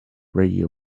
radio